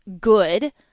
good